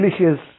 delicious